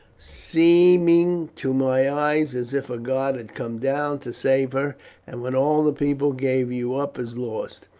seeming to my eyes as if a god had come down to save her and when all the people gave you up as lost,